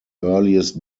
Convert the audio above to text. earliest